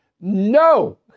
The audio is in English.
No